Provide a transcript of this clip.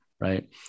right